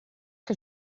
que